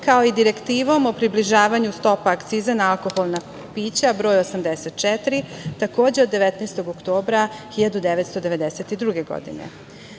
kao i direktivom o približavanju stopa akciza na alkoholna pića broj 84, takođe od 19. oktobra 1992. godine.S